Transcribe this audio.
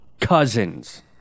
Cousins